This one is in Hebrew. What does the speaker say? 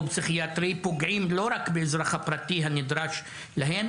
פסיכיאטרי פוגעים לא רק באזרח הפרטי הנדרש להם,